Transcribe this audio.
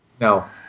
No